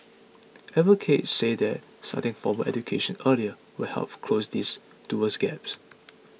advocates say that starting formal education earlier will health close these dual gaps